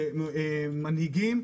כמנהיגים,